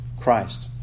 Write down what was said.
Christ